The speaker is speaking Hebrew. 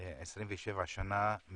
בת 27 מרהט,